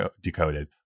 decoded